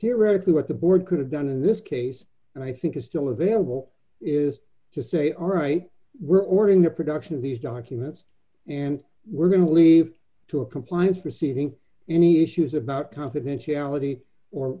theoretically what the board could have done in this case and i think is still available is to say all right we're ordering the production of these documents and we're going to leave to a compliance proceeding any issues about confidentiality or